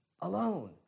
alone